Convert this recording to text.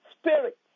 Spirit